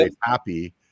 happy